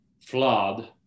flood